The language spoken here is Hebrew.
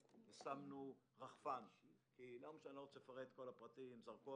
אני לא רוצה לפרט את כל הפרטים: כי זרקו